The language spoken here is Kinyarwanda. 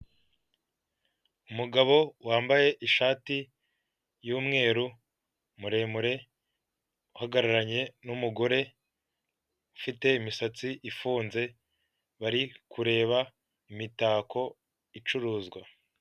Umugabo wambaye ishati y'umweru muremure, uhagararanye n'umugore ufite imisatsi ifunze bari kureba imitako icuruzwa.